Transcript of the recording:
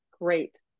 great